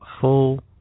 full